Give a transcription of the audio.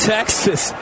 Texas